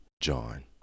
John